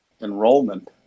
enrollment